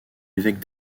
évêque